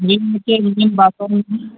ج یہ بس